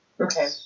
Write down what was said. Okay